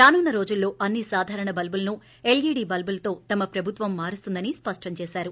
రానున్న రోజుల్లో అన్ని సాధారణ బల్సులను ఎల్ ఈ డీ బల్సులతో తమ ప్రభుత్వం మారుస్తుందని స్పష్టం చేశారు